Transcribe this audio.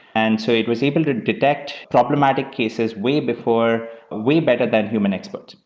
and so it was able to detect problematic cases way before way better than human experts.